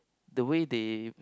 the way they